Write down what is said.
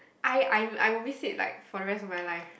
I I I will miss it like for the rest of my life